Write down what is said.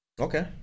Okay